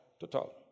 total